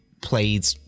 played